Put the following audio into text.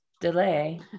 delay